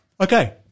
Okay